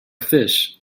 fish